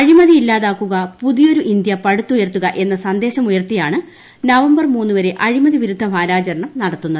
അഴിമതി ഇല്ലാതാക്കുക്ട് പുതിയൊരു ഇന്ത്യ പടുത്തുയർത്തുക എന്ന സന്ദേശം ഉയർത്തിയാണ് നവംബർ മൂന്നുവരെ അഴിമതി വിരുദ്ധ വാരാചരണം നടത്തുന്നത്